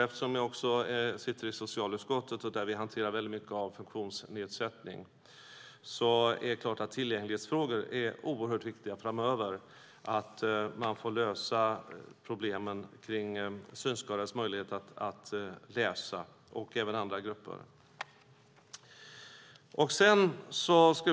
Jag sitter också i socialutskottet, och där hanterar vi många frågor som gäller funktionsnedsättning. Det är viktigt att man framöver kan lösa problemen med synskadades och andra gruppers möjligheter att läsa.